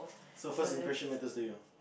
so first impression matters to you